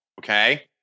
okay